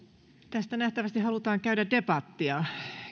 tästä nähtävästi halutaan käydä debattia